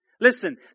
Listen